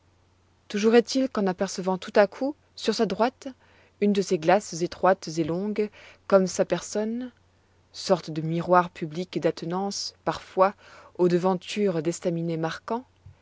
toujours est-il qu'en apercevant tout à coup sur sa droite une de ces glaces étroites et longues comme sa personne sortes de miroirs publics d'attenance parfois aux devantures d'estaminets marquants